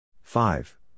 Five